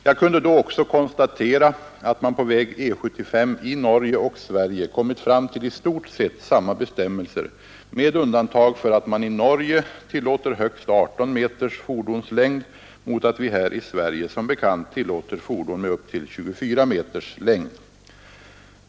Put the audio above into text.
Jag kunde då också konstatera, att man på väg E 75 i Norge och Sverige kommit fram till i stort sett samma bestämmelser med undantag för att man i Norge tillåter högst 18 meters fordonslängd mot att vi här i Sverige som bekant tillåter fordon med upp till 24 meters längd.